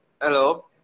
Hello